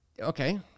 Okay